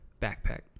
backpack